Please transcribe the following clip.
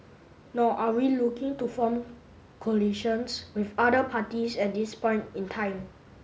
nor are we looking to form coalitions with other parties at this point in time